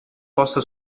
posta